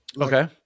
Okay